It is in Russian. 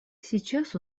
сейчас